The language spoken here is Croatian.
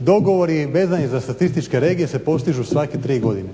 dogovori vezani za statističke regije se postižu svake tri godine.